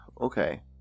okay